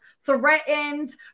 threatened